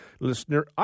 Listener